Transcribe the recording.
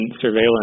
surveillance